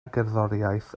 gerddoriaeth